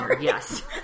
yes